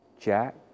Jack